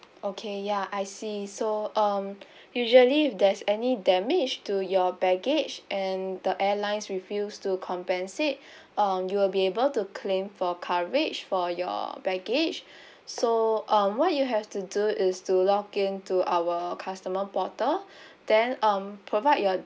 okay ya I see so um usually there's any damage to your baggage and the airlines refuse to compensate um you'll be able to claim for coverage for your baggage so um what you have to do is to log in to our customer portal then um provide your